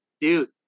Dude